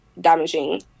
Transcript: damaging